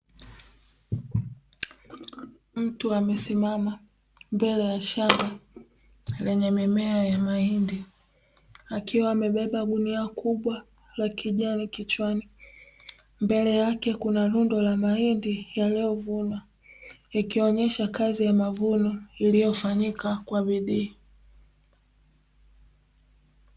Mtu amesimama mbele ya shamba lenye mimea aina ya mahindi, amebeba gunia kubwa la kijani kichwani. Mbele yake kuna rundo la mahindi yaliyovunwa ikionyesha kazi ya mavuno iliyofanyika kwa bidii.